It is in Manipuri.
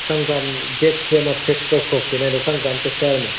ꯀꯔꯝ ꯀꯥꯟ ꯗꯦꯠꯁꯦ ꯑꯃ ꯐꯤꯛꯁ ꯇꯧꯊꯣꯛꯁꯤꯅꯦ ꯑꯗꯨ ꯀꯔꯝ ꯀꯥꯟ ꯆꯠꯁꯦ ꯍꯥꯏꯔꯤꯅꯣ